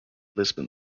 lisbon